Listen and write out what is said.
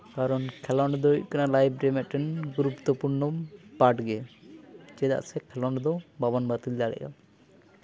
ᱠᱟᱨᱚᱱ ᱠᱷᱮᱞᱳᱱᱰ ᱫᱚ ᱦᱩᱭᱩᱜ ᱠᱟᱱᱟ ᱞᱟᱭᱤᱯᱷ ᱨᱮ ᱢᱤᱫᱴᱮᱱ ᱜᱩᱨᱩᱛᱛᱚᱯᱩᱨᱱᱚ ᱯᱟᱨᱴ ᱜᱮ ᱪᱮᱫᱟᱜ ᱥᱮ ᱠᱷᱮᱞᱚᱱᱰ ᱫᱚ ᱵᱟᱵᱚᱱ ᱵᱟᱹᱛᱤᱞ ᱫᱟᱲᱮᱭᱟᱜᱼᱟ